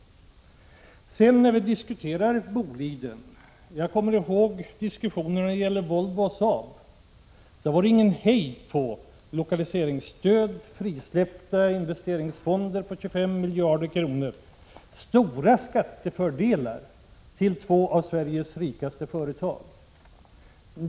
Sedan till frågan om Boliden. Jag kommer ihåg diskussionerna om Volvo och Saab. Då var det ingen hejd på lokaliseringsstöd, frisläppta investeringsfonder på 25 miljarder och stora skattefördelar till två av Sveriges rikaste företag.